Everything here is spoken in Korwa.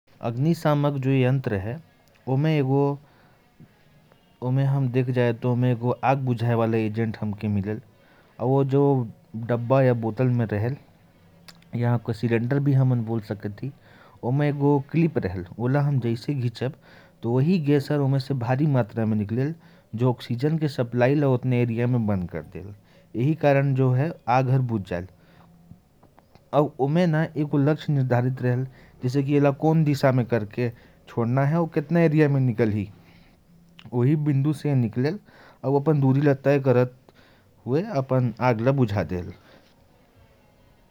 अग्नि शामक जो यंत्र होता है, उसमें एक ऐसा केमिकल होता है जो ऑक्सीजन की सप्लाई को उस एरिया में रोक देता है। और यह डब्बे और सिलेंडर में रहता है, जिसमें एक ग्रिप होती है। ग्रिप को हटाने से और घिसकाने से उसमें से केमिकल निकलता है और आग को बुझा देता है।